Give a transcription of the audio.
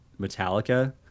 Metallica